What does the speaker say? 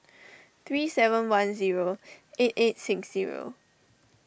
three seven one zero eight eight six zero